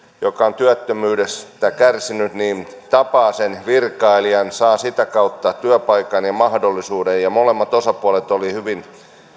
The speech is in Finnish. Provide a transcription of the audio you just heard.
joka on työttömyydestä kärsinyt tapaa virkailijan ja saa sitä kautta työpaikan ja mahdollisuuden molemmat osapuolet olivat hyvin